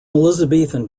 elizabethan